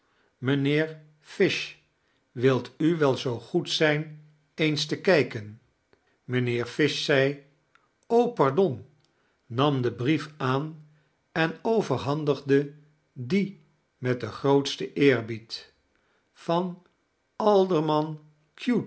mijnheer fish wilt u wel zoo goed zijn eens te kijken mijnheer fish zei o pardon nam den brief aan en overhandigde dien met den grootsten eerbied van alderman cute